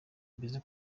mbese